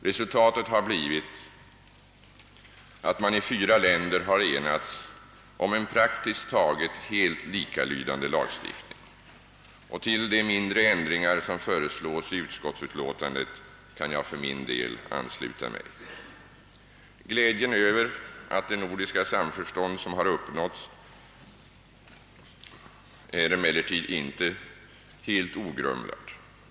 Resultatet har blivit att fyra länder enast om en praktiskt taget helt likalydande lagstiftning, och till de mindre ändringar som föreslås i det föreliggande utskottsutlåtandet kan jag för min del ansluta mig. Glädjen över att detta nordiska samförstånd har uppnåtts är emellertid inte helt ogrumlad.